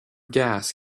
gas